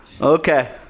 okay